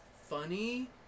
funny